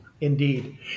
Indeed